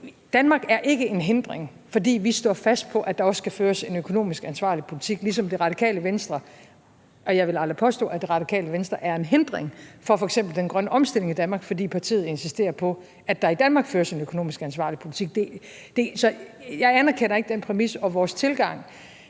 Danmark er ikke en hindring, fordi vi står fast på, at der også skal føres en økonomisk ansvarlig politik, ligesom Det Radikale Venstre – og jeg vil aldrig påstå, at Det Radikale Venstre er en hindring for f.eks. den grønne omstilling i Danmark, fordi partiet insisterer på, at der i Danmark føres en økonomisk ansvarlig politik. Så jeg anerkender ikke den præmis, og vores tilgang